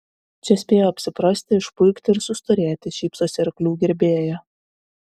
čia spėjo apsiprasti išpuikti ir sustorėti šypsosi arklių gerbėja